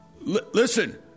listen